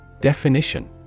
Definition